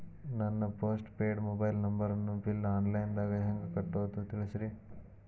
ನನ್ನ postpaid mobile ನಂಬರನ್ನು bill online ದಾಗ ಹೆಂಗ್ ಕಟ್ಟೋದು ತಿಳಿಸ್ರಿ